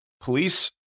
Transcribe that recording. Police